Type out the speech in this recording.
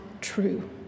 true